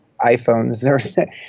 iPhones